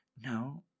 No